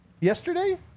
yesterday